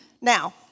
Now